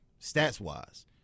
stats-wise